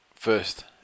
First